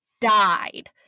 died